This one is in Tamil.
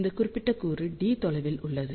இந்த குறிப்பிட்ட கூறு d தொலைவில் உள்ளது